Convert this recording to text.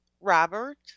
Robert